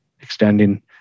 extending